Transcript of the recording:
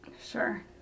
Sure